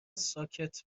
ساکت